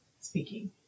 speaking